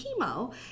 chemo